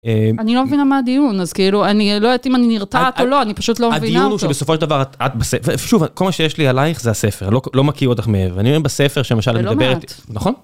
אני לא מבינה מה הדיון, אז כאילו, אני לא יודעת אם אני נרתעת או לא, אני פשוט לא מבינה אותו. הדיון הוא שבסופו של דבר את בספר, שוב, כל מה שיש לי עלייך זה הספר, לא מכיר אותך מעבר, אני רואה בספר שמשל את מדברת, זה לא מעט, נכון